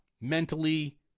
mentally